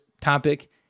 topic